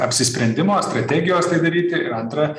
apsisprendimo strategijos tai daryti ir antra